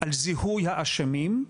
על זיהוי האשמים.